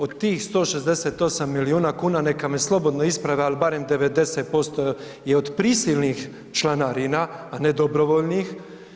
Od tih 168 milijuna kuna, neka me slobodno isprave, ali barem 90% je od prisilnih članarina, a ne dobrovoljnih.